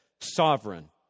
Sovereign